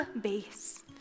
base